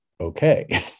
okay